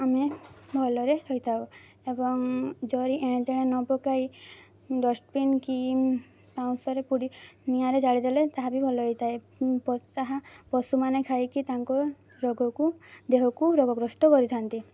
ଆମେ ଭଲରେ ରହିଥାଉ ଏବଂ ଜରି ଏଣେତେଣେ ନ ପକାଇ ଡଷ୍ଟବିନ୍ କି ପାଉଁଶରେ ପୋଡ଼ି ନିଆଁରେ ଜାଳିଦେଲେ ତାହା ବି ଭଲ ହେଇଥାଏ ତାହା ପଶୁମାନେ ଖାଇକି ତାଙ୍କ ରୋଗକୁ ଦେହକୁ ରୋଗଗ୍ରସ୍ତ କରିଥାନ୍ତି